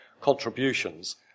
contributions